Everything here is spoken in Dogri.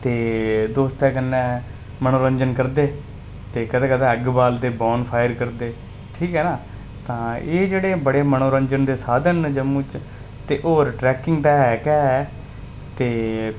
ते दोस्तें कन्नै मनोरंजन करदे ते कदें कदें अग्ग बालदे कदे बोन फायर करदे ठीक ऐ न तां एह् जेह्ड़े बड़े मनोरंजन दे साधन न जम्मू च ते होर ट्रैकिंग ते ऐ गै ते